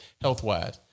health-wise